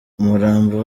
umurambo